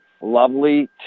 lovely